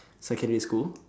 secondary school